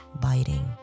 biting